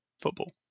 football